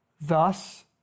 thus